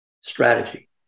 strategy